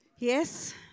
Yes